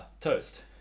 toast